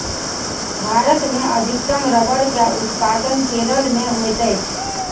भारत मे अधिकतम रबड़ के उत्पादन केरल मे होइत अछि